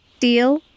Deal